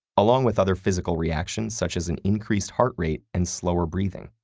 along with other physical reactions, such as an increased heart rate and slower breathing.